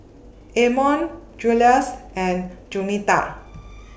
Amon Juluis and Juanita